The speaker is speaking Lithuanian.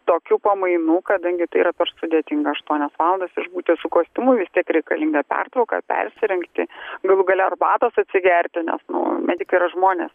tokių pamainų kadangi tai yra per sudėtinga aštuonias valandas išbūti su kostiumu vis tiek reikalinga pertrauka persirengti galų gale arbatos atsigerti nes nu medikai yra žmonės